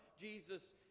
Jesus